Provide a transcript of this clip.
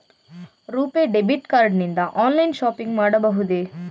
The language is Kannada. ರುಪೇ ಡೆಬಿಟ್ ಕಾರ್ಡ್ ನಿಂದ ಆನ್ಲೈನ್ ಶಾಪಿಂಗ್ ಮಾಡಬಹುದೇ?